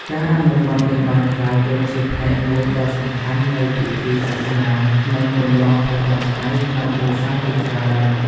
ការអនុវត្តនេះបានក្លាយទៅជាផ្នែកមួយដ៏សំខាន់នៃពិធីសាសនា និងទម្លាប់ប្រចាំថ្ងៃក្នុងគ្រួសារជាច្រើន